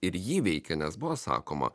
ir jį veikia nes buvo sakoma